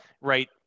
right